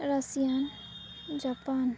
Russian Japan